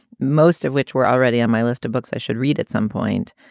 most of which were already on my list of books i should read at some point.